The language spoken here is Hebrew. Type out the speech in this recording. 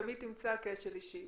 תמיד תמצא כשל אישי.